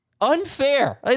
unfair